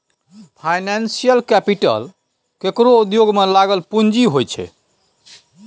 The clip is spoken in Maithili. फाइनेंशियल कैपिटल केकरो उद्योग में लागल पूँजी होइ छै